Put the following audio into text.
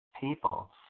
people